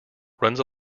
runs